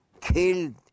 killed